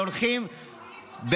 זה לא מה שאמרתי.